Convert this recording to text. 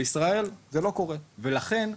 בישראל זה לא קורה ולכן,